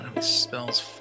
Spells